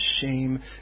shame